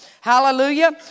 Hallelujah